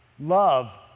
love